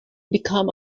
become